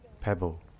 Pebble